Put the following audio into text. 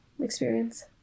experience